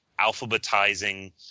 alphabetizing